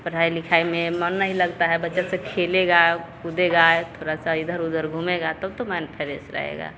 पढ़ाई लिखाई में मन नहीं लगता है बच्चा सब खेलेगा कूदेगा थोरा सा इधर उधर तब तो माइंड फ्रेस रहेगा